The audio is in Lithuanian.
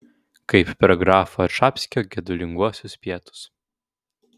kaip per grafo čapskio gedulinguosius pietus